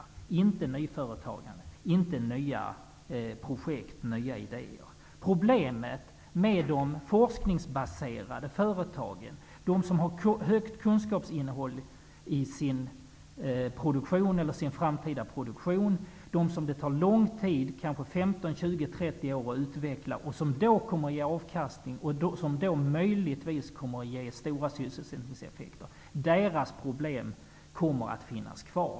Det är inte fråga om nyföretagande, nya projekt och nya idéer. Problemet är de forskningsbaserade företagen, de som har högt kunskapsinnehåll i sin framtida produktion. Den tar lång tid att utveckla, kanske 15, 20 eller 30 år. De kommer då att ge avkastning, och den kommer möjligtvis att ge sysselsättningseffekter. De företagens problem kommer att finnas kvar.